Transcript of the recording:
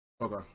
Okay